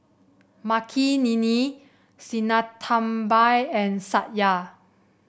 Makineni Sinnathamby and Satya